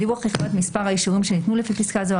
הדיווח יפרט את מספר האישורים שניתנו לפי פסקה זו,